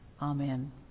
Amen